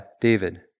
David